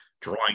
drawing